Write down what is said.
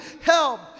help